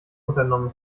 unternommen